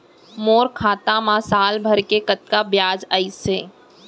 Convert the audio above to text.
मोर खाता मा साल भर के कतका बियाज अइसे?